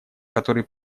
которые